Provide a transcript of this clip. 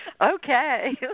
Okay